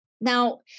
Now